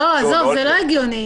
זה לא הגיוני.